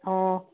ꯑꯣ